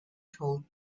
told